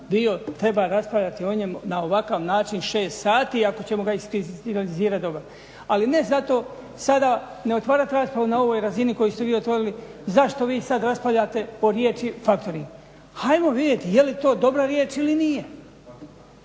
bio, treba raspravljati o njemu na ovakav način 6 sati, ako ćemo ga … dobro. Ali ne zato sada ne otvarati raspravu na ovoj razini koju ste vi otvorili, zašto vi sada raspravljate o riječi factoring, ajmo vidjeti je li to dobra riječ ili nije,